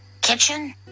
Kitchen